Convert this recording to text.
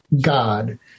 God